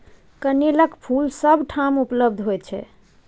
कनेलक फूल सभ ठाम उपलब्ध होइत छै